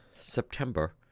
september